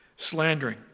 Slandering